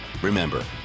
Remember